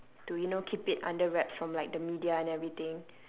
to you know keep it under wraps from like the media and everything